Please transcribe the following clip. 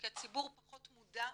כי הציבור פחות מודע.